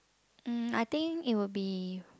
mm I think it will be